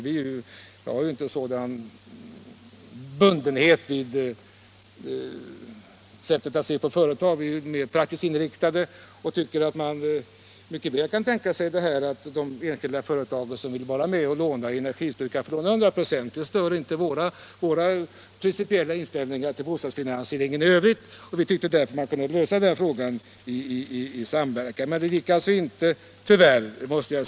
Vi har inte sådan bundenhet i sättet att se på företag. Vi är mer praktiskt inriktade och tycker att man mycket väl kan tänka sig att de enskilda företag som vill vara med och låna till energisparande åtgärder skall få sådana lån till hundra procent. Det stör inte vår principiella inställning till bostadsfinansieringen i övrigt, och vi tycker därför att man borde ha kunnat lösa den här frågan i samverkan. Men det gick alltså inte — tyvärr.